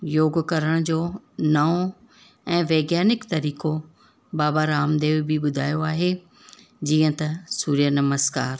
योगु करण जो नओं ऐं वैज्ञानिक तरीक़ो बाबा रामदेव बि ॿुधायो आहे जीअं त सूर्य नमस्कार